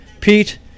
Pete